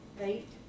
eight